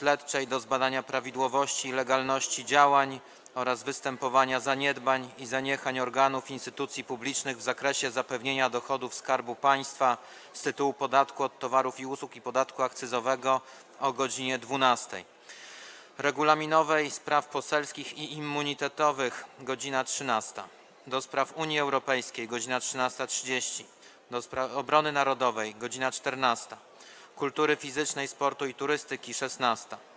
Śledczej do zbadania prawidłowości i legalności działań oraz występowania zaniedbań i zaniechań organów i instytucji publicznych w zakresie zapewnienia dochodów Skarbu Państwa z tytułu podatku od towarów i usług i podatku akcyzowego - o godz. 12, - Regulaminowej, Spraw Poselskich i Immunitetowych - o godz. 13, - do Spraw Unii Europejskiej - o godz. 13.30, - Obrony Narodowej - o godz. 14, - Kultury Fizycznej, Sportu i Turystyki - o godz. 16,